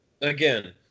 Again